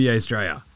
Australia